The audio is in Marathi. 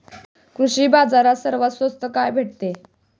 कृषी बाजारात सर्वात स्वस्त काय भेटते?